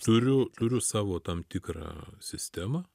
turiu turiu savo tam tikrą sistemą